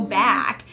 back